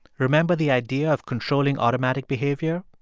remember the idea of controlling automatic behavior?